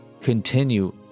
continue